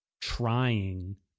trying